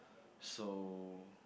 so